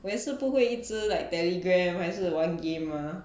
我也是不会一直 like telegram 还是玩 game mah